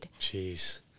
Jeez